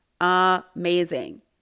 Amazing